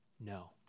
no